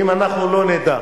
אם אנחנו לא נדע